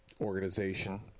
organization